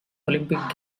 olympic